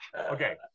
okay